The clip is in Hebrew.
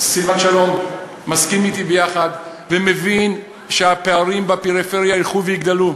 סילבן שלום מסכים אתי ומבין שהפערים בפריפריה ילכו ויגדלו.